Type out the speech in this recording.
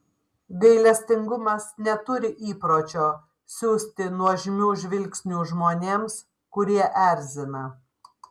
gailestingumas neturi įpročio siųsti nuožmių žvilgsnių žmonėms kurie erzina